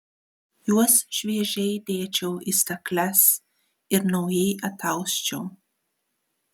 juos šviežiai dėčiau į stakles ir naujai atausčiau